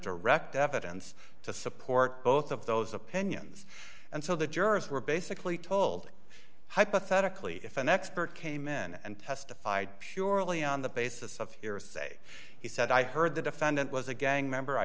direct evidence to support both of those opinions and so the jurors were basically told hypothetically if an expert came in and testified purely on the basis of hearsay he said i heard the defendant was a gang member i